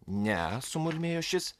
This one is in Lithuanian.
ne sumurmėjo šis